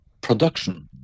production